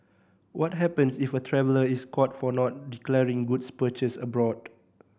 what happens if a traveller is caught for not declaring goods purchased abroad